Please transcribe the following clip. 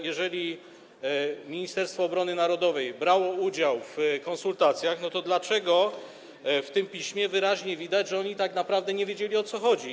Jeżeli Ministerstwo Obrony Narodowej brało udział w konsultacjach, dlaczego w tym piśmie wyraźnie widać, że oni tak naprawdę nie wiedzieli, o co chodzi?